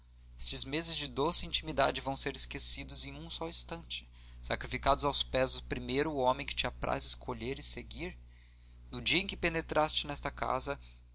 estes meses de doce intimidade vão ser esquecidos em um só instante sacrificados aos pés do primeiro homem que te apraz escolher e seguir no dia em que penetraste nesta casa